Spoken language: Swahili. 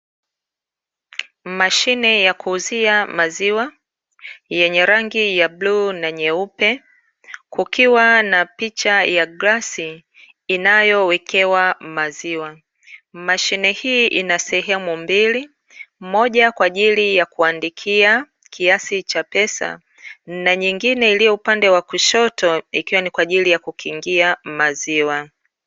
Mashine ya kuuzia maziwa yenye rangi ya bluu na nyeupe kukiwa na picha ya glasi inayowekewa maziwa. Mashine hii ina sehemu mbili moja kwa ajili ya kuandikia kiasi cha pesa na nyingine iliyo upande wa kushoto ikiwa ni kwa ajili ya kukingia maziwa.